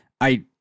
I-